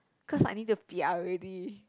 because I need to pia already